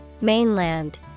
Mainland